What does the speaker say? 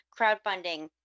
crowdfunding